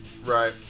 Right